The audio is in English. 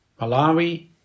Malawi